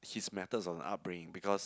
his methods of upbringing because